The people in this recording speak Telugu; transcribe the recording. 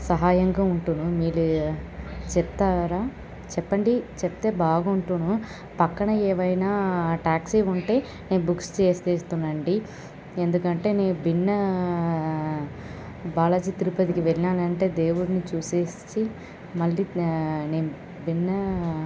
సహాయంగా ఉంటును మీరు చెప్తారా చెప్పండి చెప్తే బాగుండును పక్కన ఏవైనా ట్యాక్సీ ఉంటే బుక్ చేసిస్తూనండి ఎందుకంటే నేను బిన్నా బాలాజీ తిరుపతికి వెళ్ళాలంటే దేవుడిని చూసేసి మళ్ళీ నేను బిన్నా